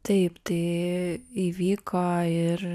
taip tai įvyko ir